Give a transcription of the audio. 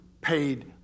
paid